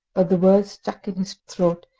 but the words stuck in his throat,